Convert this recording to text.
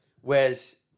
Whereas